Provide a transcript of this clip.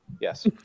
Yes